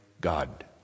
God